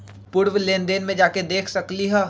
पूर्व लेन देन में जाके देखसकली ह?